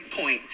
point